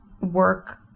work